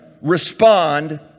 respond